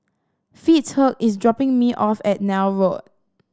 Fitzhugh is dropping me off at Neil Road